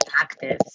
active